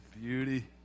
Beauty